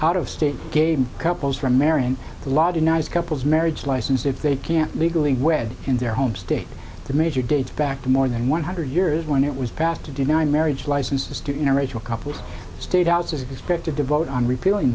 out of state game couples from marrying the law denies couples marriage license if they can't legally wed in their home state the measure dates back to more than one hundred years when it was passed to deny marriage licenses to in original couples state house is expected to vote on repealing